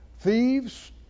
thieves